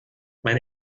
mein